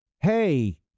hey